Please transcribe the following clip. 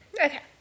Okay